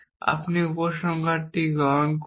আপনি উপসংহারটি গ্রহণ করুন